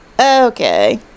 Okay